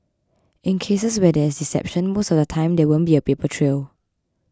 in cases where there is deception most of the time there won't be a paper trail